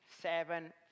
seven